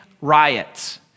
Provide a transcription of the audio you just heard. riots